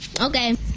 Okay